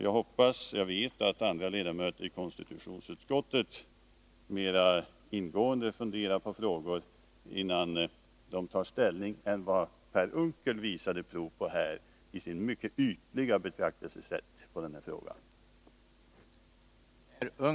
Jag hoppas och vet att andra ledamöter i konstitutionsutskottet mera ingående funderar över de frågor de har att ta ställning till än vad Per Unckel här visat prov på genom sitt mycket ytliga betraktelsesätt i den här frågan.